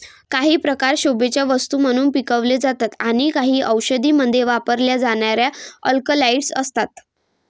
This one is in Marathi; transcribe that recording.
काही प्रकार शोभेच्या वस्तू म्हणून पिकवले जातात आणि काही औषधांमध्ये वापरल्या जाणाऱ्या अल्कलॉइड्स असतात